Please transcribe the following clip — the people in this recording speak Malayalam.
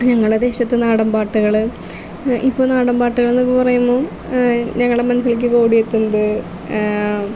ഞങ്ങളുടെ ദേശത്ത് നാടൻ പാട്ടുകൾ ഇപ്പം നാടൻ പാട്ടുകളെന്ന് പറയുമ്പം ഞങ്ങളെ മനസിലേക്ക് ഇപ്പം ഓടിയെത്തുന്നത്